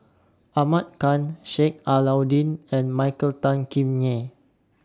Ahmad Khan Sheik Alau'ddin and Michael Tan Kim Nei